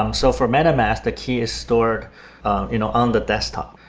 um so for metamask, the key is stored you know on the desktop,